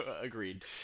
agreed